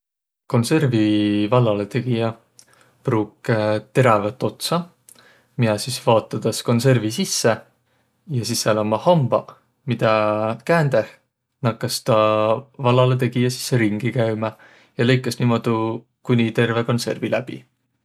Konservi vallalõtegijä pruuk terävät otsa, miä sis vaotõdas konservi sisse ja sis sääl ummaq hambaq, midä käändeh nakkas taa vallalõtegijä sis ringi käümä ja lõikas niimuudu kooniq terve konservi läbi.